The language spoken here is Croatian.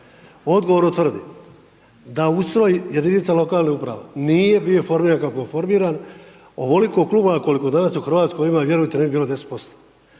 odgovorno tvrdim da ustroj jedinice lokalne samouprave nije bio formiran kako je formiran, ovoliko klubova koliko danas u Hrvatskoj ima, vjerujte ne bi bilo 10%.